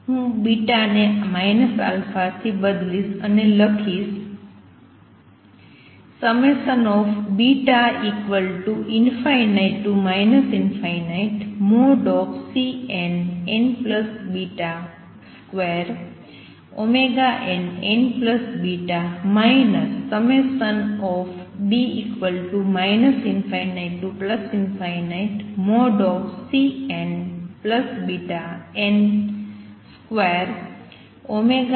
હું ને α થી બદલીશ અને લખીશ β∞ ∞|Cnnβ |2nnβ β ∞|Cnβn |2nβn